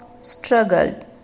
struggled